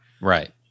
Right